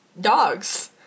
Dogs